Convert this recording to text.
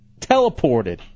teleported